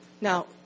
Now